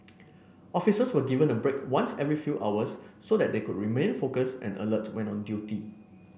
officers were given a break once every few hours so that they could remain focused and alert when on duty